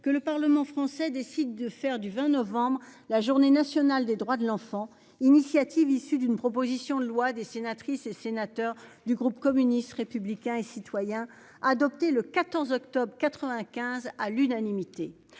que le Parlement français décide de faire du 20 novembre. La journée nationale des droits de l'enfant initiative issue d'une proposition de loi des sénatrices et sénateurs du groupe communiste républicain et citoyen, adoptée le 14 octobre 95 à l'unanimité.